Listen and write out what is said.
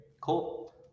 Cool